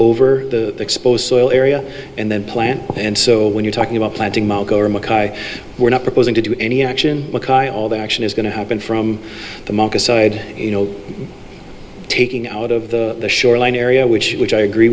over the exposed soil area and then plant and so when you're talking about planting we're not proposing to do any action because i all the action is going to happen from the monk aside you know taking out of the shoreline area which which i agree